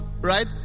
right